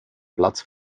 platz